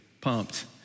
pumped